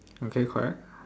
okay correct